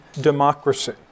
democracy